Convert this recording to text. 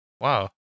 Wow